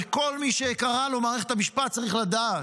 וכל מי שיקרה לו מערכת המשפט צריך לדעת: